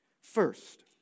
First